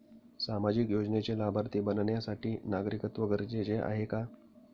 सामाजिक योजनेचे लाभार्थी बनण्यासाठी नागरिकत्व गरजेचे आहे का?